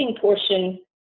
portion